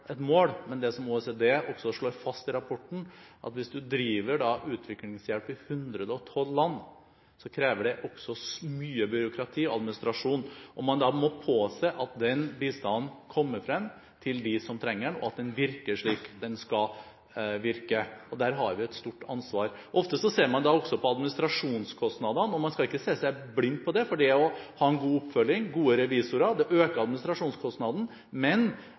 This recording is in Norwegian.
et mål, men det som OECD også slår fast i rapporten, er at hvis du driver utviklingshjelp i 112 land, krever det mye byråkrati og administrasjon, og man må påse at den bistanden kommer frem til dem som trenger den, og at den virker slik den skal virke. Der har vi et stort ansvar. Ofte ser man på administrasjonskostnadene, og man skal ikke se seg blind på dem, for det å ha god oppfølging og gode revisorer øker administrasjonskostnadene, men